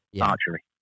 Archery